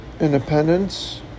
independence